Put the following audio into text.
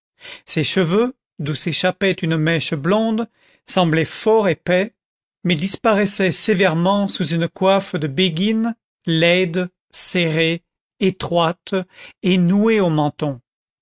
ses cheveux d'où s'échappait une mèche blonde semblaient fort épais mais disparaissaient sévèrement sous une coiffe de béguine laide serrée étroite et nouée au menton